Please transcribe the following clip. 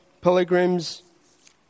pilgrims